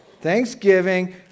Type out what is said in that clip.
Thanksgiving